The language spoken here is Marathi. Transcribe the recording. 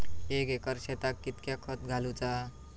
एक एकर शेताक कीतक्या खत घालूचा?